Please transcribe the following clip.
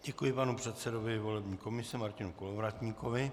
Děkuji panu předsedovi volební komise Martinu Kolovratníkovi.